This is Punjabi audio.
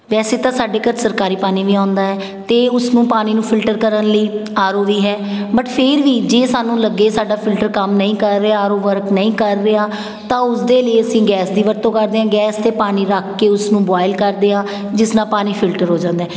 ਵੈਸੇ ਤਾਂ ਸਾਡੇ ਘਰ ਸਰਕਾਰੀ ਪਾਣੀ ਵੀ ਆਉਂਦਾ ਅਤੇ ਉਸ ਨੂੰ ਪਾਣੀ ਨੂੰ ਫਿਲਟਰ ਕਰਨ ਲਈ ਆਰ ਓ ਵੀ ਹੈ ਬਟ ਫਿਰ ਵੀ ਜੇ ਸਾਨੂੰ ਲੱਗੇ ਸਾਡਾ ਫਿਲਟਰ ਕੰਮ ਨਈ ਕਰ ਰਿਹਾ ਆਰ ਓ ਵਰਕ ਨਹੀਂ ਕਰ ਰਿਹਾ ਤਾਂ ਉਸ ਦੇ ਲਈ ਅਸੀਂ ਗੈਸ ਦੀ ਵਰਤੋਂ ਕਰਦੇ ਹਾਂ ਗੈਸ 'ਤੇ ਪਾਣੀ ਰੱਖ ਕੇ ਉਸਨੂੰ ਬੋਇਲ ਕਰਦੇ ਹਾਂ ਜਿਸ ਨਾਲ ਪਾਣੀ ਫਿਲਟਰ ਹੋ ਜਾਂਦਾ